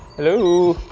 hello?